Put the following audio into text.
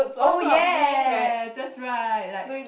oh ya that's right like